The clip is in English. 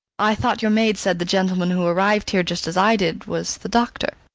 i thought your maid said the gentleman who arrived here just as i did, was the doctor?